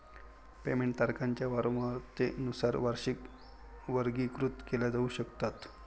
payment तारखांच्या वारंवारतेनुसार वार्षिकी वर्गीकृत केल्या जाऊ शकतात